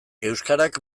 euskarak